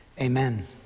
Amen